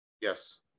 Yes